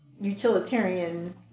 utilitarian